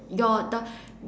your the